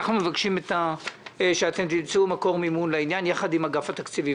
אנחנו מבקשים שתקבלו מקור מימון לעניין יחד עם אגף התקציבים.